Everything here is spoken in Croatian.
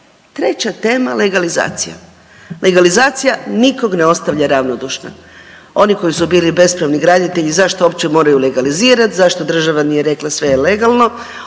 Treća tema, legalizacija. Legalizacija nikog ne ostavlja ravnodušna. Oni koji su bili bespravni graditelji zašto uopće moraju legalizirat, zašto država nije rekla sve je legalno,